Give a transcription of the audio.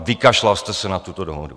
Vykašlal jste se na tuto dohodu!